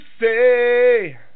say